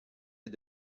est